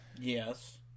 Yes